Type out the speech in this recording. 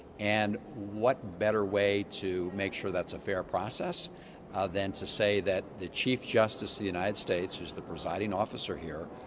and what better way to make sure that's a fair process than to say that the chief justice of the united states is the presiding officer here,